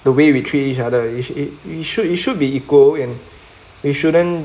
the way we treat each other you should you should you should be equal and we shouldn't